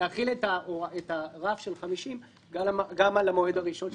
להחיל את הרף של 50 גם על המועד הראשון של